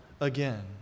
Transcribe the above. again